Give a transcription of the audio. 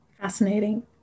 Fascinating